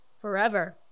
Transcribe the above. forever